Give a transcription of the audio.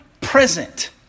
present